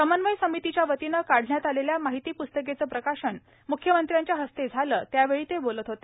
समन्वय समितीच्या वतीने काढण्यात आलेल्या माहिती पुस्तिकेचे प्रकाशन मुख्यमंत्र्यांच्या हस्ते झाले त्यावेळी ते बोलत होते